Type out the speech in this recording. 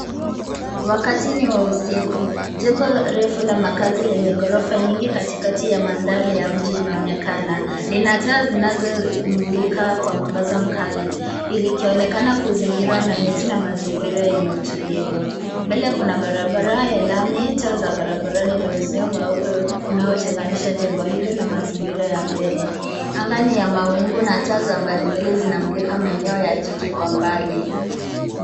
Wakati ni wa usiku. Jengo refu la makazi lenye ghorofa nyingi katikati ya mandhari ya mji inaonekana. Lina taa zinazomulika kwa mwangaza mkali, likionekana kuzingirwa na miti na mazingira yenye utulivu. Mbele kuna barabara ya lami, taa za barabarani na uzio mweupe unaotenganishwa jengo hilo na mazingira ya mbele. Anga ni ya mawingu na taa za barabarani zinamulika maeneo ya jiji kwa mbali.